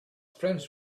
friends